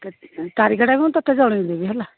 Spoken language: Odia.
ତାରିଖଟା କ'ଣ ମୁଁ ତୋତେ ଜଣେଇଦେବି ହେଲା